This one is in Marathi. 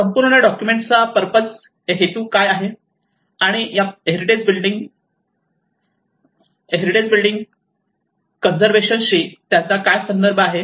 संपूर्ण डॉक्युमेंट चा पर्पज हेतू काय आहे आणि या हेरिटेज बिल्डिंग कन्सर्वेशनशी त्यांचा कसा संबंध आहे